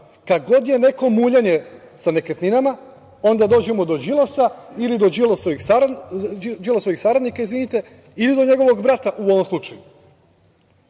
kad god je neko muljanje sa nekretninama, onda dođemo do Đilasa ili do Đilasovih saradnika ili do njegovog brata u ovom slučaju.